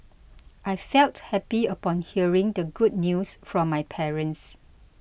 I felt happy upon hearing the good news from my parents